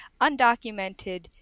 Undocumented